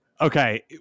Okay